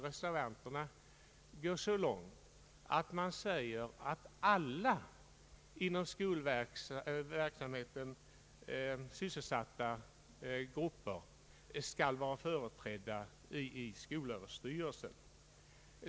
Reservanterna går så långt att de säger att alla inom skolverksamheten sysselsatta grupper skall vara företrädda i skolöverstyrelsen.